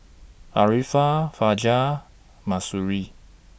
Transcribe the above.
Arifa Fajar Mahsuri